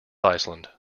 iceland